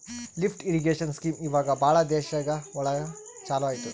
lift irrigation scheme ಇವಾಗ ಭಾಳ ದೇಶ ಒಳಗ ಚಾಲೂ ಅಯ್ತಿ